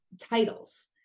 titles